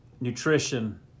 nutrition